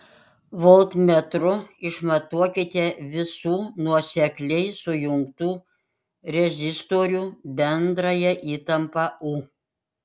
voltmetru išmatuokite visų nuosekliai sujungtų rezistorių bendrąją įtampą u